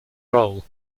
role